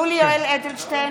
יולי יואל אדלשטיין,